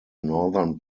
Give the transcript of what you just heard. northern